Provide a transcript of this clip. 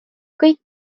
kõik